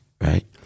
Right